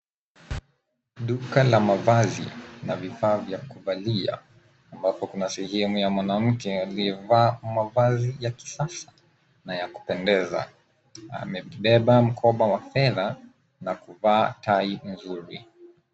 Duka la mavazi na vifaa vya kuvalia ambapo kuna sehemu ya mwanamke aliyevaa mavazi ya kisasa na ya kupendeza. Amebeba mkoba wa fedha na kuvaa tai nzuri